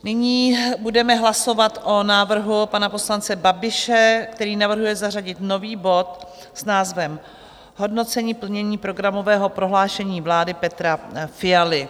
Nyní budeme hlasovat o návrhu pana poslance Babiše, který navrhuje zařadit nový bod s názvem Hodnocení plnění programového prohlášení vlády Petra Fialy.